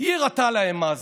היא הראתה להם מה זה,